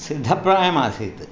सिद्धप्रायम् आसीत्